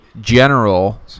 general